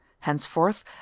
henceforth